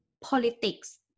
politics